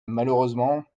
malheureusement